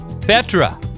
Petra